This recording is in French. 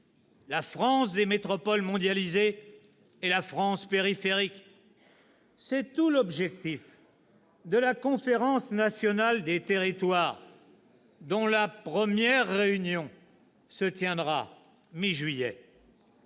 la France des métropoles mondialisées et la France périphérique. C'est tout l'objectif de la Conférence nationale des territoires, dont la première réunion se tiendra mi-juillet.